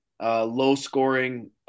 low-scoring